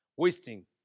Wasting